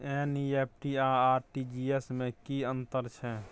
NEFT आ RTGS में की अन्तर छै?